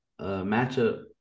matchup